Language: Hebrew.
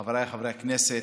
חבריי חברי הכנסת,